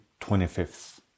25th